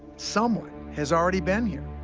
someone has already been here.